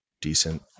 decent